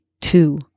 two